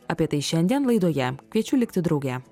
apie tai šiandien laidoje kviečiu likti drauge